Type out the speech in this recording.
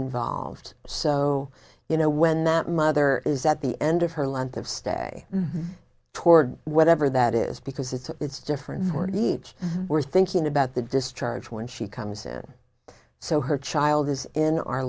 involved so you know when that mother is at the end of her length of stay toward whatever that is because it's different for each we're thinking about the discharge when she comes in so her child is in our